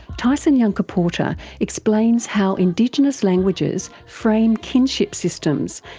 tyson yunkaporta explains how indigenous languages frame kinship systems,